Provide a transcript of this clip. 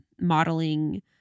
modeling